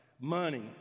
money